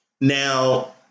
Now